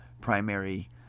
primary